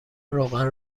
روغن